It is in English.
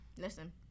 Listen